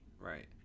Right